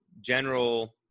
general